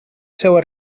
seua